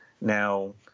Now